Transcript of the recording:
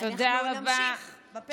אנחנו נמשיך בפרק הבא.